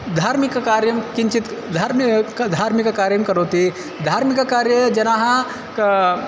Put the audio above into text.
धार्मिकं कार्यं किञ्चित् धार्मि धार्मिकं कार्यं करोति धार्मिककार्ये जनाः का